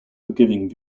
forgiving